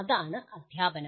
അതാണ് അദ്ധ്യാപനം